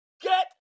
Get